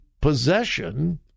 possession